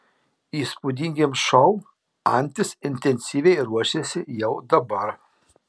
įspūdingiems šou antis intensyviai ruošiasi jau dabar